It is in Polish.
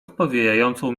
spowijającą